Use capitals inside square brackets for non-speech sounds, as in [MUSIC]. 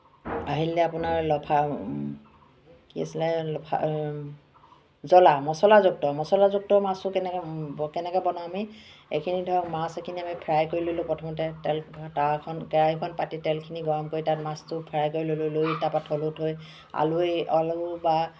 আহিলে আপোনাৰ লফা কি আছিলে লফা জলা মচলাযুক্ত মচলাযুক্ত মাছো কেনেকৈ কেনেকৈ বনাওঁ আমি এখিনি ধৰক মাছ এখিনি আমি ফ্ৰাই কৰি ল'লোঁ প্ৰথমতে তেল তাৱাখন কেৰাহিখন পাতি তেলখিনি গৰম কৰি তাত মাছটো ফ্ৰাই কৰি ল'লোঁ লৈ তাৰপৰা থলো থৈ আলুৱে [UNINTELLIGIBLE]